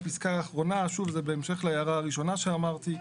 בפסקה האחרונה, בהמשך להערה הראשונה שאמרתי.